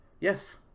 Yes